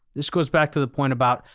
this goes back to the point about,